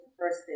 First